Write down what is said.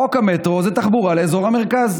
חוק המטרו זה תחבורה לאזור המרכז,